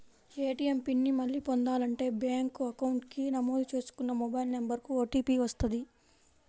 ATM PIN ని మళ్ళీ పొందాలంటే బ్యేంకు అకౌంట్ కి నమోదు చేసుకున్న మొబైల్ నెంబర్ కు ఓటీపీ వస్తది